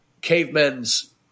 cavemen's